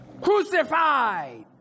crucified